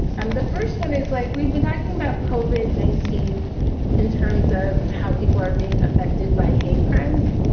um the first one is like we've been talking about covid nineteen in terms of how people are being affected by hate crimes